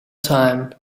time